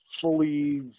fully